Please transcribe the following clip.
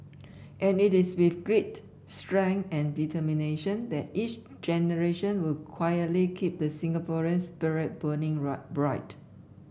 and it is with grit strength and determination that each generation will quietly keep the Singaporeans spirit burning bright